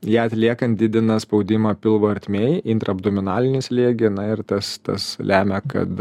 ją atliekant didina spaudimą pilvo ertmėj intraabdominalinį slėgį na ir tas tas lemia kad